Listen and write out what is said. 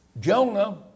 Jonah